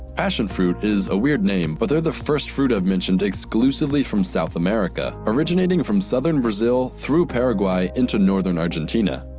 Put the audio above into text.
passion fruit is a weird name, but they're the first fruit i've mentioned exclusively from south america. originating from southern brazil, through paraguay, into northern argentina.